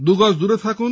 দুগজ দূরে থাকুন